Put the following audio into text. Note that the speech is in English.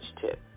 tip